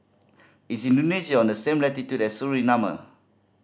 is Indonesia on the same latitude as